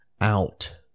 out